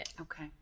Okay